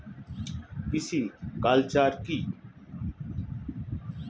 Pisciculture কি?